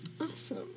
Awesome